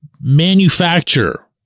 manufacture